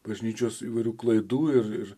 bažnyčios įvairių klaidų ir ir